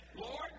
Lord